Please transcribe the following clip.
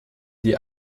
die